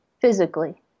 physically